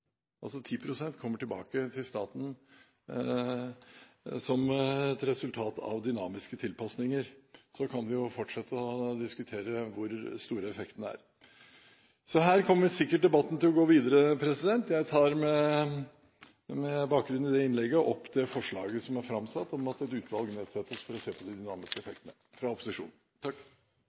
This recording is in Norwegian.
Altså: 10 pst. kommer tilbake til staten som et resultat av dynamiske tilpasninger, og så kan vi jo fortsette å diskutere hvor store effektene er. Så her kommer sikkert debatten til å gå videre. Med bakgrunn i dette innlegget tar jeg opp det forslaget som er framsatt fra opposisjonen, om at det nedsettes et utvalg for å se på de dynamiske effektene.